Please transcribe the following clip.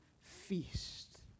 feast